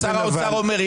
שר האוצר אומר.